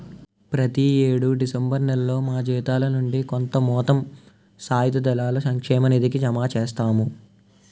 ప్రతి యేడు డిసెంబర్ నేలలో మా జీతాల నుండి కొంత మొత్తం సాయుధ దళాల సంక్షేమ నిధికి జమ చేస్తాము